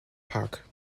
park